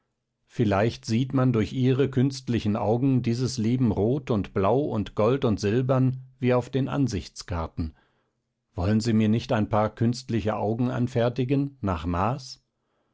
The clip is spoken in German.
vielleicht sieht man durch ihre künstlichen augen dieses leben rot und blau und gold und silbern wie auf den ansichtskarten wollen sie mir nicht ein paar künstliche augen anfertigen nach maß